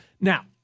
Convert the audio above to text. Now